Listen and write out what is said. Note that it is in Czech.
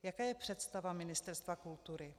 Jaká je představa Ministerstva kultury?